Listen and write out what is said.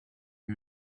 you